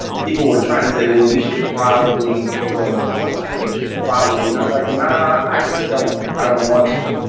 people were trying to say, well, you should probably go into this box or you should probably, and i was like, nah, i actually just don't, i don't want to.